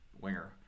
winger